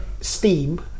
Steam